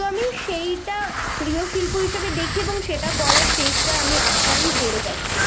তো আমি সেটা প্রিয় শিল্প হিসাবে দেখি এবং সেটা করার চেষ্টা আমি আপ্রাণ করে যাচ্ছি